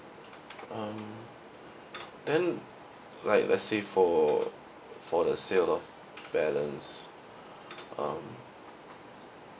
um then like let's say for for the sale of balance um